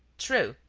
true,